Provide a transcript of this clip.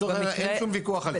אין שום ויכוח על זה.